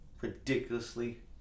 ridiculously